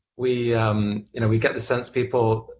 we we get the sense people,